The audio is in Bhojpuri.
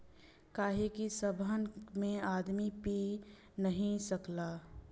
काहे कि सबहन में आदमी पी नाही सकला